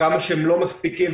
כמה שהם לא מספיקים,